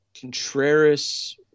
Contreras